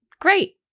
Great